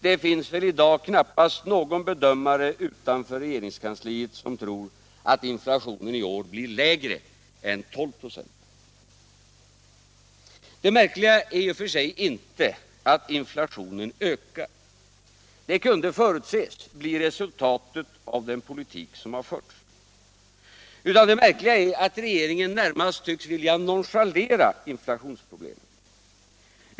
Det finns väl i dag knappast någon bedömare utanför regeringskansliet som tror att inflationen i år blir lägre än 12 96. Det märkliga är i och för sig inte att inflationen ökar — det kunde förutses bli resultatet av den förda politiken — utan det märkliga är att regeringen närmast tycks vilja nonchalera inflationsproblemet.